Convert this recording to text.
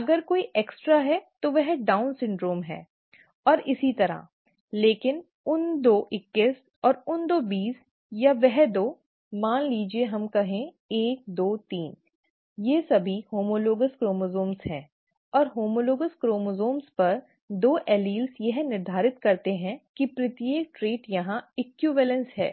अगर कोई अतिरिक्त है तो वह डाउन सिंड्रोम और इसी तरह लेकिन उन दो 21 या उन दो बीस या वह दो मान लीजिए हम कहें एक दो तीन वे सभी हॉमॉलॅगॅस क्रोमोसोम हैं और हॉमॉलॅगॅस क्रोमोसोम पर दो एलील यह निर्धारित करते हैं कि प्रत्येक ट्रेट यहां समतुल्य है